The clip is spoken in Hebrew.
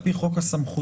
על פי חוק הסמכויות,